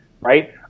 right